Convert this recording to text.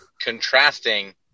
contrasting